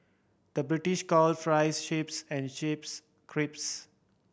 the British calls fries chips and chips crisps